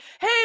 hey